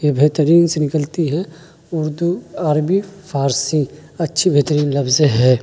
یہ بہترین سے نکلتی ہے اردو عربی فارسی اچھی بہترین لفظ ہے